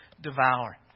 devour